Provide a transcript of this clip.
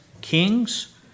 Kings